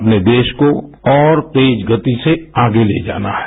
अपने देश को और तेज गति से आगे ले जाना है